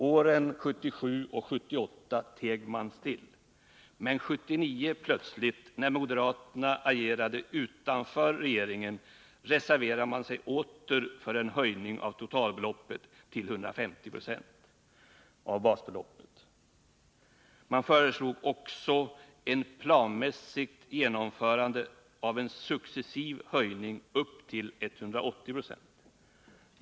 Åren 1977 och 1978 teg man still. Men 1979, när moderaterna agerade utanför regeringen, reserverade man sig plötsligt åter för en höjning av totalbeloppet till 150 96 av basbeloppet. Man föreslog också ett planmässigt genomförande av en successiv höjning upp till 180 26.